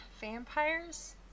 vampires